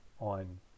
on